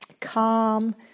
calm